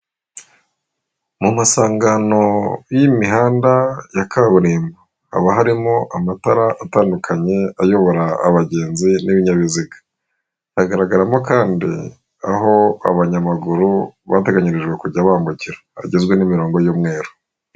Mu masangano y'imihanda ya kaburimbo haba harimo amatara atandukanye ayobora abagenzi n'ibinyabiziga, hagaragaramo kandi aho abanyamaguru bateganyirijwe kujya bambukira hagizwe n'imirongo y'umweru.